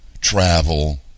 Travel